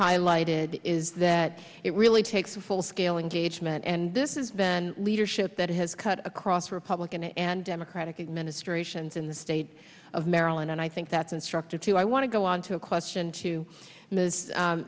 highlighted is that it really takes a full scale engagement and this is then leadership that has cut across republican and democratic administrations in the state of maryland and i think that's instructive to i want to go on to a question to m